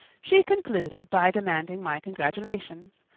she concluded by demanding my congratulations.